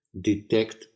detect